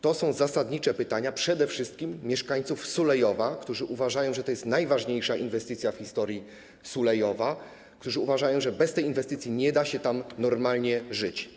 To są zasadnicze pytania przede wszystkim mieszkańców Sulejowa, którzy uważają, że to jest najważniejsza inwestycja w historii Sulejowa, którzy uważają, że bez tej inwestycji nie da się tam normalnie żyć.